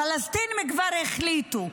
הפלסטינים כבר החליטו,